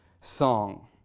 song